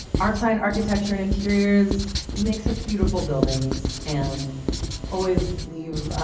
arcsine architecture and interiors, you make such beautiful buildings, and always leave, ah,